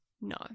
no